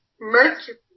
Mercury